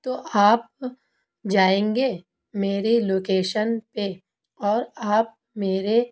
تو آپ جائیں گے میرے لوکیشن پہ اور آپ میرے